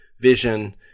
vision